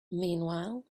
meanwhile